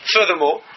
Furthermore